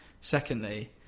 Secondly